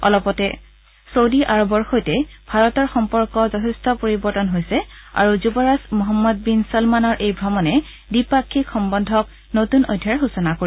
অলপতে শেহতীয়াভাৱে চৌদী আৰৱৰ সৈতে ভাৰতৰ সম্পৰ্ক যথেষ্ট পৰিৱৰ্তন হৈছে আৰু যুৱৰাজ মহম্মদ বীন ছলমানৰ এই ভ্ৰমণে দ্বিপাক্ষিক সম্বন্ধক নতুন অধ্যায়ৰ সূচনা কৰিব